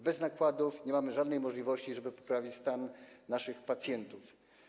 Bez nakładów nie mamy żadnej możliwości, żeby poprawić stan naszych pacjentów.